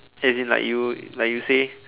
as in like you like you say